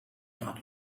dot